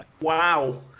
Wow